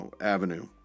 avenue